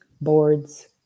boards